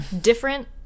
different